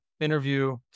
interview